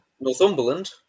Northumberland